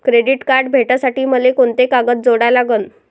Credit card भेटासाठी मले कोंते कागद जोडा लागन?